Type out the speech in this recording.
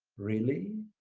really?